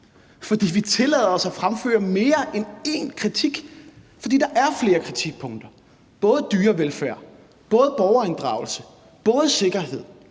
fordi vi tillader os at fremføre mere end én kritik. For der er flere kritikpunkter – både dyrevelfærd, borgerinddragelse og sikkerhed.